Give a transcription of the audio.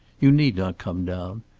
you need not come down.